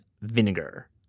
vinegar